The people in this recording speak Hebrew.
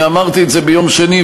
ואמרתי את זה כאן ביום שני,